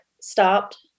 stopped